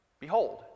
Behold